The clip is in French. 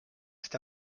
cet